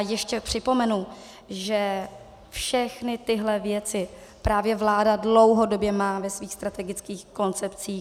Ještě připomenu, že všechny tyhle věci právě vláda dlouhodobě má ve svých strategických koncepcích.